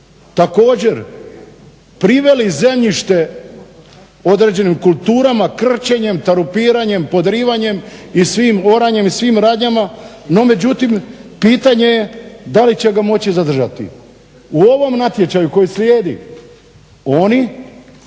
također priveli zemljište određenim kulturama krčenjem, tarupiranjem, podrivanjem i svim, oranjem i svim radnjama. No međutim, pitanje je da li će ga moći zadržati. U ovom natječaju koji slijedi oni